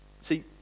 See